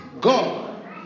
God